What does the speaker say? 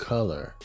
Color